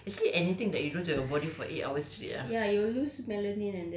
oh my god rabak gila actually anything that you do to do your body for eight hours ah